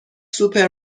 سوپر